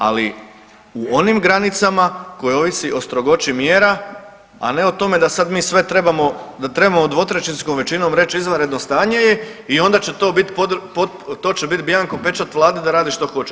Ali u onim granicama koji ovisi o strogoći mjera a ne o tome da sad mi sve trebamo, da trebamo dvotrećinskom većinom reći izvanredno stanje je i onda će to biti, to će biti bjanko pečat Vladi da radi što hoće.